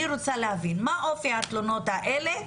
אני רוצה להבין מה אופי התלונות האלה,